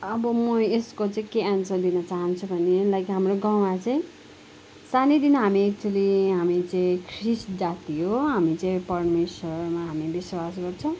अब म यसको चाहिँ के एन्सर दिन चहान्छु भने लाइक हाम्रो गाउँमा चाहिँ सानैदेखिन् हामी एक्चुवली हामी चाहिँ ख्रिस्ट जाति हो हामी चाहिँ परमेश्वरमा हामी विश्वास गर्छौँ